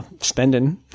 spending